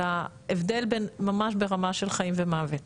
אלא הבדל ממש ברמה של חיים ומוות.